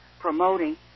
promoting